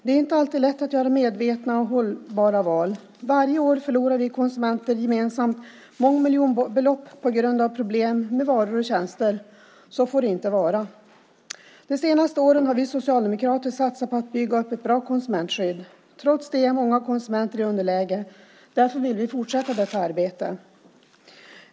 Det är inte alltid lätt att göra medvetna och hållbara val. Varje år förlorar vi konsumenter gemensamt mångmiljonbelopp på grund av problem med varor och tjänster. Så får det inte vara. De senaste åren har vi socialdemokrater satsat på att bygga upp ett bra konsumentskydd. Trots det är många konsumenter i underläge. Därför vill vi fortsätta detta arbete.